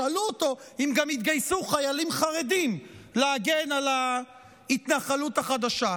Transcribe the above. שאלו אותו אם גם יתגייסו חיילים חרדים להגן על ההתנחלות החדשה.